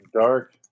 dark